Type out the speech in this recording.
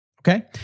okay